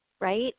Right